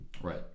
Right